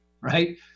right